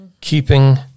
keeping